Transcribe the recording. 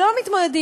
לא מתמודדים.